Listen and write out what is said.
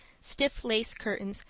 stiff lace curtains,